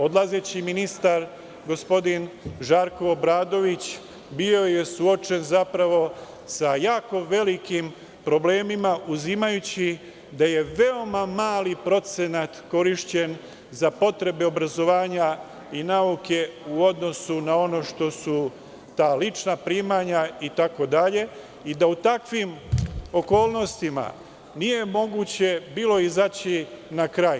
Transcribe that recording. Odlazeći ministar, gospodin Žarko Obradović, bio je zapravo suočen sa jako velikim problemima, uzimajući da je veoma mali procenat korišćen za potrebe obrazovanja i nauke, u odnosu na ono što su ta lična primanja itd, i da u takvim okolnostima nije bilo moguće izaći na kraj.